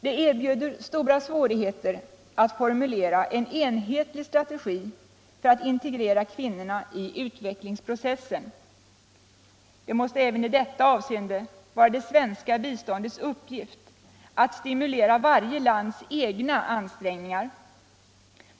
Det erbjuder stora svårigheter att formulera en enhetlig strategi för att integrera kvinnorna i utvecklingsprocessen. Även i detta avseende måste det vara det svenska biståndets uppgift att stimulera varje lands egna ansträngningar.